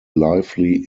lively